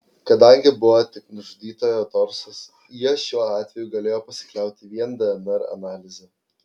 kadangi buvo tik nužudytojo torsas jie šiuo atveju galėjo pasikliauti vien dnr analize